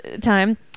time